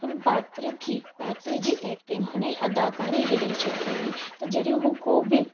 हुन पात्र की पात्र जी एक्टिंग हुन जी अदाकारी एॾी सुठी हुई त जॾहिं हूं को बि